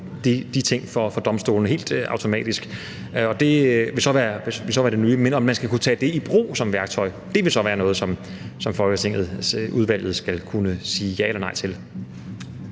de ting for domstolene helt automatisk. Meningen er, at man skal kunne tage det i brug som værktøj, og det vil så være noget, som folketingsudvalget skal kunne sige ja eller nej til.